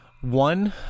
One